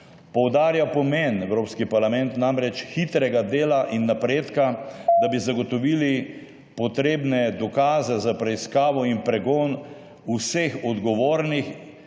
poudarja pomen,« Evropski parlament namreč, »hitrega dela in napredka, da bi zagotovili potrebne dokaze za preiskavo in pregon vseh odgovornih